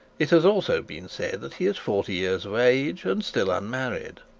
it has also been said that he is forty years of age, and still unmarried.